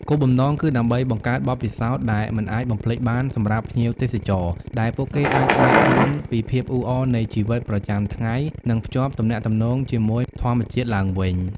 គោលបំណងគឺដើម្បីបង្កើតបទពិសោធន៍ដែលមិនអាចបំភ្លេចបានសម្រាប់ភ្ញៀវទេសចរ ដែលពួកគេអាចផ្តាច់ខ្លួនពីភាពអ៊ូអរនៃជីវិតប្រចាំថ្ងៃ និងភ្ជាប់ទំនាក់ទំនងជាមួយធម្មជាតិឡើងវិញ។